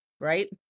Right